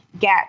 get